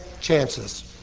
chances